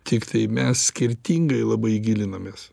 tiktai mes skirtingai labai gilinomės